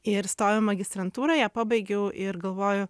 ir stojau į magistrantūrą ją pabaigiau ir galvoju